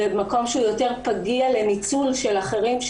במקום שהוא יותר פגיע לניצול של אחרים.